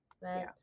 Right